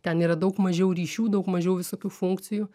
ten yra daug mažiau ryšių daug mažiau visokių funkcijų